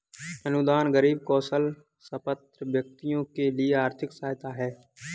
अनुदान गरीब कौशलसंपन्न व्यक्तियों के लिए आर्थिक सहायता है